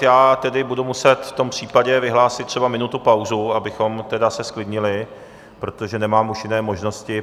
Já tedy budu muset v tom případě vyhlásit třeba minutu pauzu, abychom se zklidnili, protože nemám už jiné možnosti.